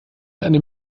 einem